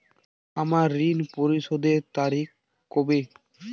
আমার ঋণ পরিশোধের তারিখ কবে?